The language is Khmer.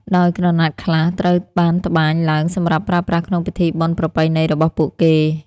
ដោយក្រណាត់ខ្លះត្រូវបានត្បាញឡើងសម្រាប់ប្រើប្រាស់ក្នុងពិធីបុណ្យប្រពៃណីរបស់ពួកគេ។